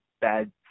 bad